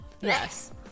Yes